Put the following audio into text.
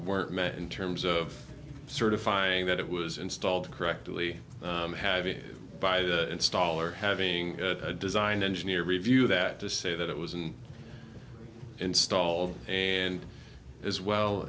were met in terms of certifying that it was installed correctly to have it by the installer having a design engineer review that to say that it was and installed and as well